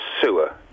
sewer